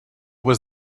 was